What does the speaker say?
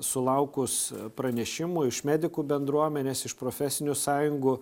sulaukus pranešimų iš medikų bendruomenės iš profesinių sąjungų